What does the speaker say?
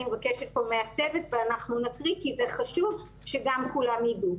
אני מבקשת פה מהצוות ואנחנו נקריא כי זה חשוב שגם כולם ידעו,